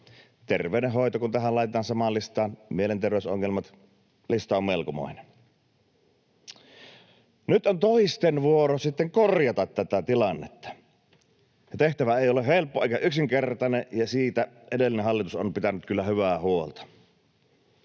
Terveydenhoito. Kun tähän laitetaan samaan listaan mielenterveysongelmat, lista on melkomoinen. Nyt on sitten toisten vuoro korjata tätä tilannetta. Tehtävä ei ole helppo eikä yksinkertainen, ja siitä edellinen hallitus on pitänyt kyllä hyvää huolta.